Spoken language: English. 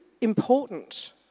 important